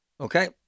okay